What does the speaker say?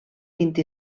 vint